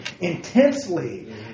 intensely